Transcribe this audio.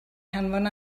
hanfon